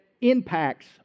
impacts